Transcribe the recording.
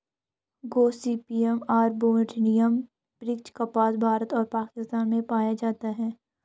Gossypium arboreum वृक्ष कपास, भारत और पाकिस्तान में पाया जाता है